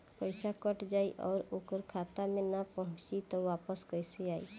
पईसा कट जाई और ओकर खाता मे ना पहुंची त वापस कैसे आई?